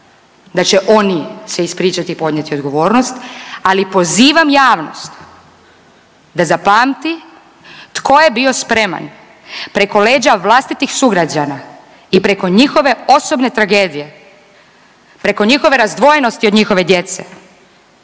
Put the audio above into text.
da će oni se ispričati i podnijeti odgovornost, ali pozivam javnost da zapamti tko je bio spreman preko leđa vlastitih sugrađana i preko njihove osobne tragedije, preko njihove razdvojenosti od njihove djece